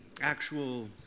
actual